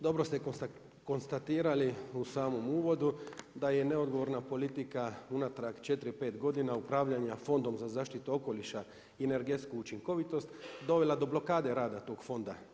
Dobro ste konstatirali u samom uvodu da je neodgovorna politika unatrag četiri, pet godina upravljanja Fondom za zaštitu okoliša i energetsku učinkovitost dovela do blokade rada tog fonda.